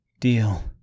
Deal